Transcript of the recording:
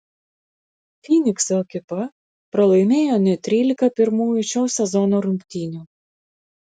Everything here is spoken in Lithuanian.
fynikso ekipa pralaimėjo net trylika pirmųjų šio sezono rungtynių